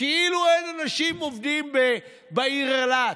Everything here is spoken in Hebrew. כאילו אין אנשים עובדים בעיר אילת,